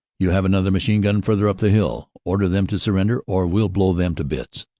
you have another machine-gun further up the hill order them to surrender or we'll blow them to bits.